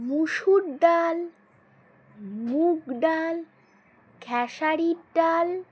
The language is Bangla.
মুসুর ডাল মুগ ডাল খেসারির ডাল